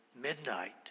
midnight